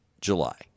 July